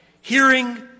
hearing